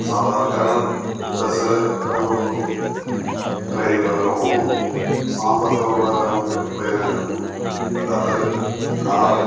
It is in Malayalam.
സാധാരണക്കാരൻ ബസ്സില് ട്രെയിനിലുമൊക്കെ പോകുന്നു സാമ്പത്തികം ഉള്ളവരാണെങ്കിൽ പ്ലെയിനെ കയറുന്നു അല്ലാത്തവര് കാര്